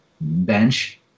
bench